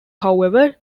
however